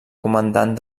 comandant